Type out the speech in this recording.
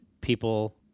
people